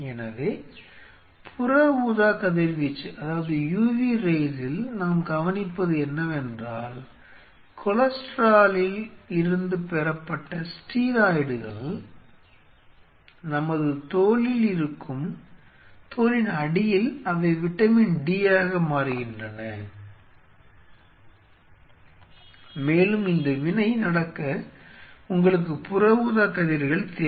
எனவே புற ஊதா கதிர்வீச்சில் நாம் கவனிப்பது என்னவென்றால் கொலஸ்ட்ராலில் இருந்து பெறப்பட்ட ஸ்டீராய்டுகள் நமது தோலில் இருக்கும் தோலின் அடியில் அவை வைட்டமின் டி ஆக மாறுகின்றன மேலும் இந்த வினை நடக்க உங்களுக்கு புற ஊதா கதிர்கள் தேவை